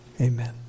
Amen